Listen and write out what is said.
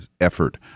effort